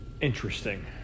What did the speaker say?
Interesting